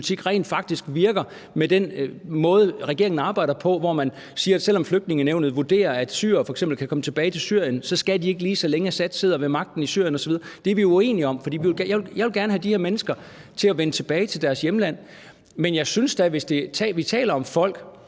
rent faktisk virker med den måde, regeringen arbejder på, hvor man siger, at selv om Flygtningenævnet vurderer, at f.eks. syrere kan komme tilbage til Syrien, så skal de ikke det, så længe Assad sidder ved magten i Syrien osv. Det er vi uenige om, for jeg vil gerne have de her mennesker til at vende tilbage til deres hjemland. Vi taler om folk,